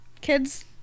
kids